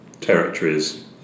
territories